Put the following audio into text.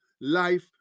life